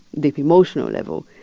deep emotional level.